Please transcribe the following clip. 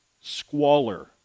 squalor